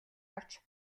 авч